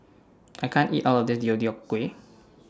I can't eat All of This Deodeok Gui